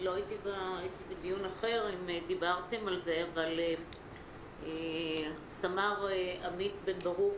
הייתי בדיון אחר ואני לא יודעת אם דיברתם על זה אבל סמ"ר עמית בן יגאל,